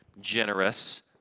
generous